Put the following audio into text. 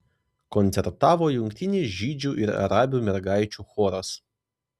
koncertavo jungtinis žydžių ir arabių mergaičių choras